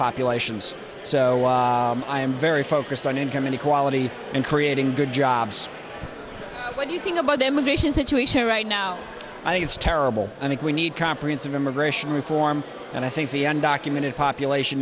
populations so i am very focused on income inequality and creating good jobs when you think about the immigration situation right now i think it's terrible i think we need comprehensive immigration reform and i think the end documented population